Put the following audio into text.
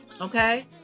okay